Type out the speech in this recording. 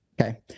Okay